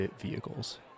vehicles